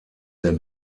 der